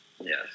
Yes